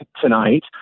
tonight